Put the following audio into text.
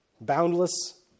boundless